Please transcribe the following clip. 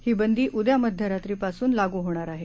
हीबंदीउद्यामध्यरात्रीपासूनलागूहोणारआहे